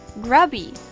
grubby